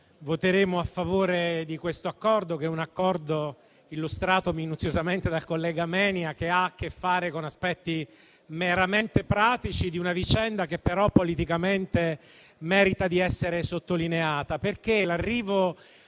voteremo a favore di questo Accordo illustrato minuziosamente dal collega Menia; un Accordo che ha a che fare con aspetti meramente pratici di una vicenda che però politicamente merita di essere sottolineata. L'arrivo